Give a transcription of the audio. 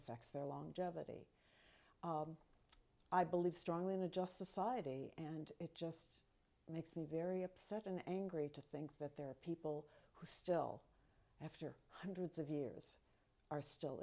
affects their long jetty i believe strongly in a just society and it just makes me very upset and angry to think that there are people who still hundreds of years are still